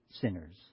sinners